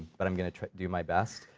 but i'm going to do my best.